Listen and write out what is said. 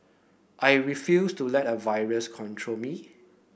I refused to let a virus control me